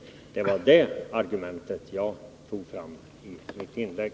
Det var det argumentet jag tog fram i mitt inlägg.